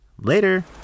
Later